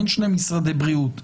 אין שני משרדי בריאות.